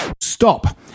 Stop